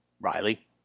Riley